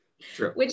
True